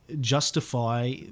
justify